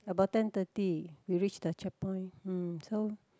about ten thirty we reach the checkpoint mm so